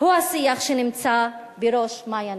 הוא השיח שנמצא בראש מעיינינו.